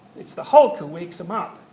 it's the hulk who wakes him up.